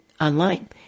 online